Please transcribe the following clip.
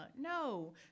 No